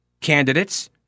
candidates